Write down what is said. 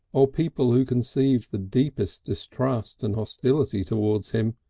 or people who conceived the deepest distrust and hostility towards him,